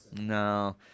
No